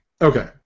Okay